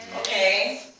okay